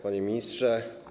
Panie Ministrze!